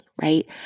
right